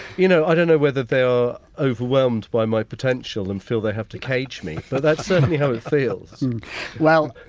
you know, i don't know whether they are overwhelmed by my potential and feel they have to cage me but that's certainly how it feels well,